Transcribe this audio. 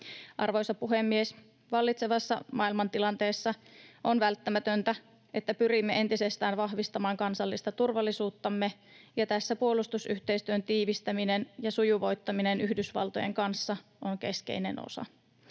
Arvoisa puhemies! Vallitsevassa maailmantilanteessa on välttämätöntä, että pyrimme entisestään vahvistamaan kansallista turvallisuuttamme, ja tässä puolustusyhteistyön tiivistäminen ja sujuvoittaminen Yhdysvaltojen kanssa on keskeinen osa.